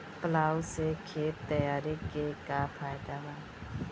Plough से खेत तैयारी के का फायदा बा?